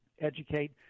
educate